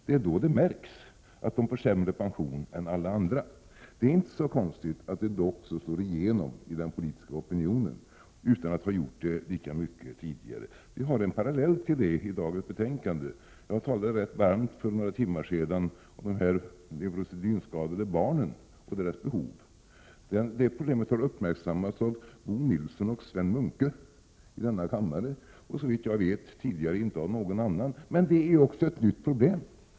Det är då det märks att de får sämre pension än alla andra. Det är inte så konstigt att det då slår igenom i den politiska opinionen på ett annat sätt än tidigare. Vi har en parallell till den utvecklingen i dagens betänkande. För några timmar sedan talade jag varmt för de neurosedynskadade barnen och deras behov. Problemet med beräkning av KBT till denna grupp har uppmärksammats i en motion av Bo Nilsson och Sven Munke. Såvitt jag vet har det inte tidigare uppmärksammats av någon annan i denna kammare. Men detta är också ett nytt problem.